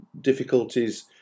difficulties